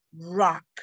rock